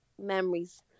memories